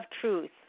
truth